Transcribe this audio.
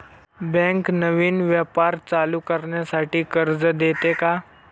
Bank नवीन व्यापार चालू करण्यासाठी कर्ज देते का?